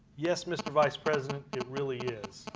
yes, mr. vice president, it really is.